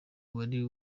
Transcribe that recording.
wari